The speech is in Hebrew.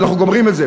אנחנו גומרים את זה.